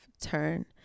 turn